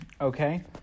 Okay